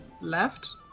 left